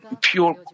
pure